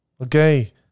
okay